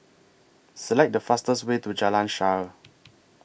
Select The fastest Way to Jalan Shaer